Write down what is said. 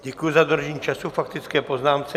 Děkuji za dodržení času k faktické poznámce.